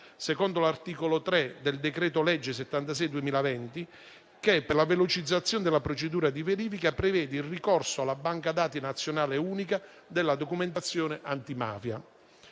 secondo l'articolo 3 del decreto-legge n. 76 del 2020 che, per la velocizzazione della procedura di verifica, prevede il ricorso alla banca dati nazionale unica della documentazione antimafia.